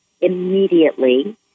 immediately